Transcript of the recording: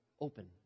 open